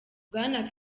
bwana